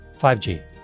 5G